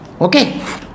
Okay